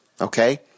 Okay